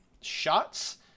shots